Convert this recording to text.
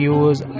use